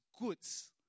goods